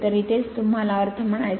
तर इथेच तुम्हाला अर्थ म्हणायचा